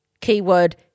keyword